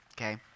okay